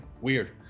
weird